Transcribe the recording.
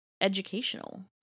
educational